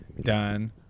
done